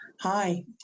Hi